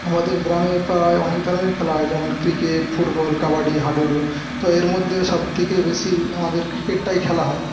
আমাদের গ্রামে প্রায় অনেক ধরণের খেলা হয় যেমন ক্রিকেট ফুটবল কাবাডি হাডুডু তো এরমধ্যে সব থেকে বেশী আমাদের ক্রিকেটটাই খেলা হয়